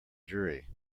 jury